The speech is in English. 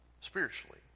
spiritually